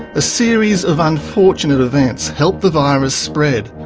a series of unfortunate events helped the virus spread.